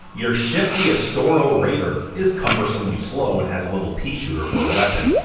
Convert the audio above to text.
your ship, the astoro raider, is cumbersomely slow and has a little pea-shooter for a weapon.